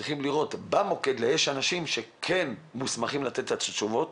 צריכים לראות איך אפשר לאייש אנשים במוקד שהם כן מוסמכים לתת את התשובות